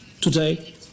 today